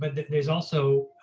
but there's also